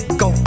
go